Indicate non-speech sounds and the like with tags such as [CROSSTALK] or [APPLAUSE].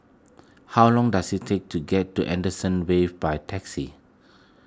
how long does it take to get to [UNINTELLIGIBLE] Wave by taxi